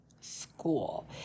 school